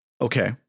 Okay